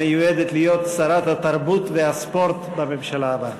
המיועדת להיות שרת התרבות והספורט בממשלה הבאה.